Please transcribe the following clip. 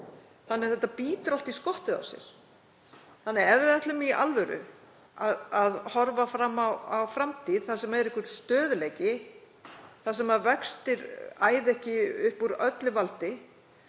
Þannig að þetta bítur allt í skottið á sér. Ef við ætlum í alvöru að horfa fram á framtíð þar sem er einhver stöðugleiki, þar sem vextir og verðlag æða ekki upp úr öllu valdi